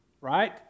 right